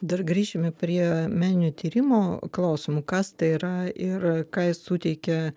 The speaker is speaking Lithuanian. dar grįšime prie meninių tyrimo klausimų kas tai yra ir ką jie suteikia